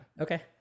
Okay